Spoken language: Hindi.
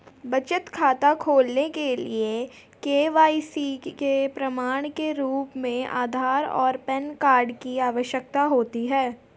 बचत खाता खोलने के लिए के.वाई.सी के प्रमाण के रूप में आधार और पैन कार्ड की आवश्यकता होती है